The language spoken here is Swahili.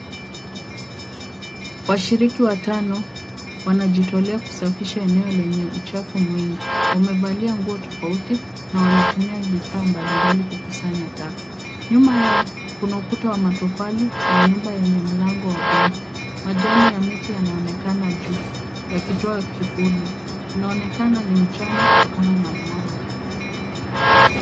Washiriki watano wanajitolea kusafisha eneo lenye uchafu mwingi. Wamevalia nguo tofauti na wanatumia vifaa mbalimbali kukusanya taka. Nyuma yao kuna ukuta wa matofali na nyumba yenye mlango wa buluu. Majani ya mti yanaonekana juu yakitoa kivuli. Inaonekana ni mchana kutokana na mwanga.